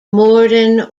morden